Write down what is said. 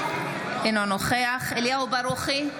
אינו נוכח אליהו ברוכי,